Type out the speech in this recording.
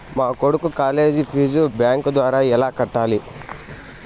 మా కొడుకు college fee bank ద్వారా ఎలా కట్టాలి?